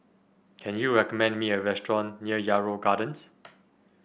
can you recommend me a restaurant near Yarrow Gardens